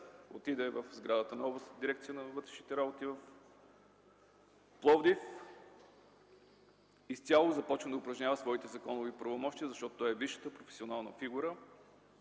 отиде в сградата на Областната дирекция на вътрешните работи в Пловдив. Изцяло започна да упражнява своите законови правомощия, защото той е висшата професионална фигура,